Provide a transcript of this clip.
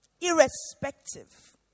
irrespective